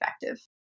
effective